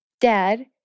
dad